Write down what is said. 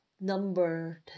number